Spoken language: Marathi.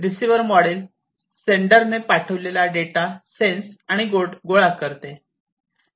रिसिवर मॉडेल सेंटरने पाठविलेला डेटा सेन्स आणि गोळा करते